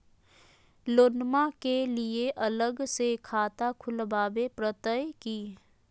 लोनमा के लिए अलग से खाता खुवाबे प्रतय की?